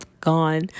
gone